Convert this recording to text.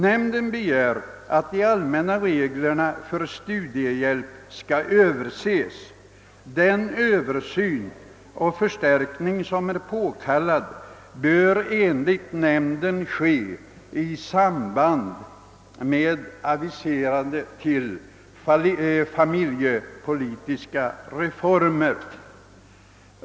Nämnden begär att de allmänna reglerna för studiehjälp skall överses. Den översyn och förstärkning som är påkallad bör enligt nämnden ske i samband med aviserade familjepolitiska reformer».